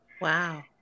wow